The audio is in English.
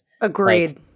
Agreed